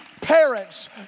parents